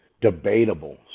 debatable